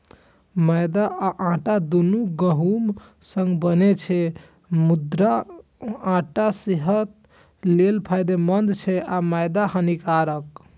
मैदा आ आटा, दुनू गहूम सं बनै छै, मुदा आटा सेहत लेल फायदेमंद छै आ मैदा हानिकारक